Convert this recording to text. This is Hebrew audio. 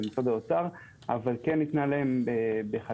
משרד האוצר אבל כן ניתנה להם בחקיקה,